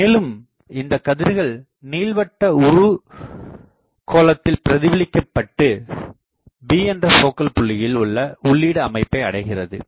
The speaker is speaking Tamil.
மேலும் இந்தக் கதிர்கள் நீள்வட்ட உரு கோளத்தில் பிரதிபளிக்கப்பட்டு B என்ற என்ற போக்கல் புள்ளியில் உள்ள உள்ளீடு அமைப்பை அடைகிறது